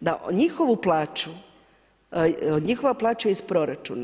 da njihovu plaću, njihova plaća je iz proračuna.